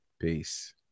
Peace